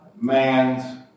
man's